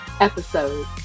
episode